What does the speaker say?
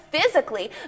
physically